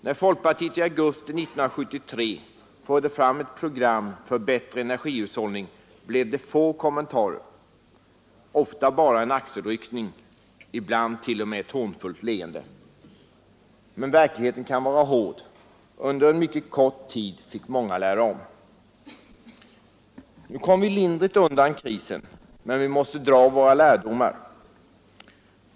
När folkpartiet i augusti 1973 förde fram ett program för bättre energihushållning blev det få kommentarer, ofta bara en axelryckning, ibland t.o.m. ett hånfullt leende. Men verkligheten kan vara hård. Under en mycket kort tid fick många lära om. Nu kom vi lindrigt undan krisen, men vi måste dra lärdom av den.